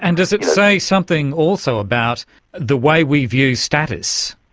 and does it say something also about the way we view status,